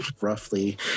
roughly